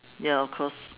ya of course